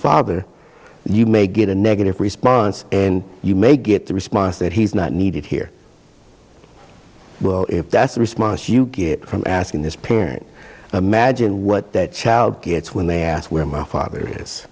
father you may get a negative response and you may get a response that he's not needed here well if that's the response you get from asking this parent imagine what that child gets when they ask where my father is